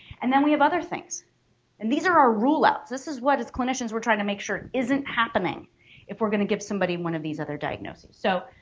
and then we have other things and these are our rule-outs. this is what as clinicians we're trying to make sure it isn't happening if we're gonna give somebody one of these other diagnoses. so,